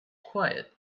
quiet